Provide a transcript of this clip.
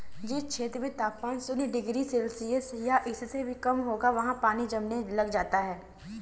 जिस क्षेत्र में तापमान शून्य डिग्री सेल्सियस या इससे भी कम होगा वहाँ पानी जमने लग जाता है